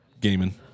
gaming